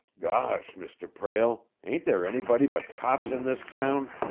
gosh, mr. prale, ain't there anybody but cops in this town?